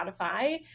Spotify